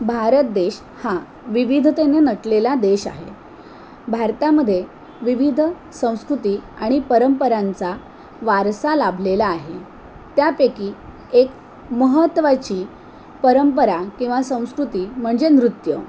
भारत देश हा विविधतेने नटलेला देश आहे भारतामध्ये विविध संस्कृती आणि परंपरांचा वारसा लाभलेला आहे त्यापैकी एक महत्त्वाची परंपरा किंवा संस्कृती म्हणजे नृत्य